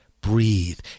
Breathe